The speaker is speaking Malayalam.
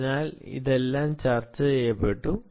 അതിനാൽ അതെല്ലാം ചർച്ച ചെയ്യപ്പെട്ടു